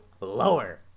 Lower